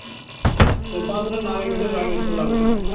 ம் சரி பார்த்துட்டு நாளைக்கு மெட்டிரியல் வாங்கி வெச்சுட்லாங்க